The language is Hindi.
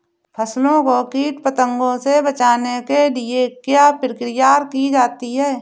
फसलों को कीट पतंगों से बचाने के लिए क्या क्या प्रकिर्या की जाती है?